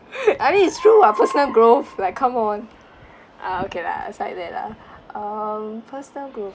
I mean it's true what personal growth like come on uh okay lah aside that lah um personal growth